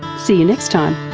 see you next time